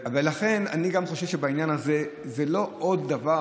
לכן, אני גם חושב שהעניין הזה זה לא עוד דבר